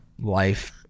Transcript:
life